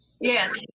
Yes